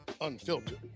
Unfiltered